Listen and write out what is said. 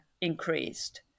increased